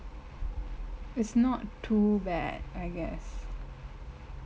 it's not too bad I guess